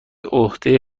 عهده